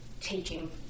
taking